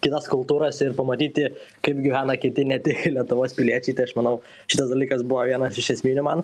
kitas kultūras ir pamatyti kaip gyvena kiti ne tik lietuvos piliečiai tai aš manau šitas dalykas buvo vienas iš esminių man